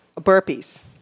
Burpees